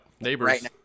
Neighbors